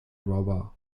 robber